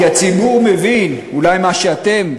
כי הציבור מבין אולי מה שאתם,